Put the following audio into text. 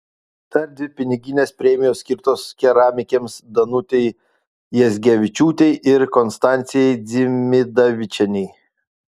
dar dvi piniginės premijos skirtos keramikėms danutei jazgevičiūtei ir konstancijai dzimidavičienei